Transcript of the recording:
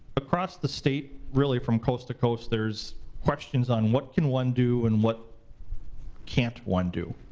across the state, really from coast to coast, there's questions on what can one do and what can't one do.